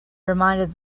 reminded